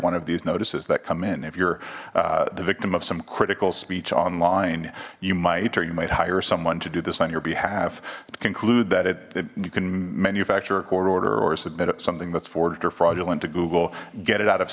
one of these notices that come in if you're the victim of some critical speech online you might or you might hire someone to do this on your behalf to conclude that it you can manufacture a court order or submit up something that's forged or fraudulent to google get it out of